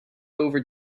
over